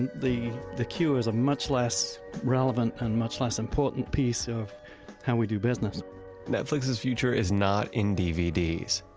and the the queue is a much less relevant and much less important piece of how we do business netflix's future is not in dvds,